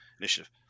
initiative